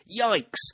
Yikes